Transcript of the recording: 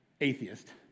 atheist